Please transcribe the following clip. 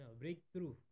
breakthrough